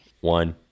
one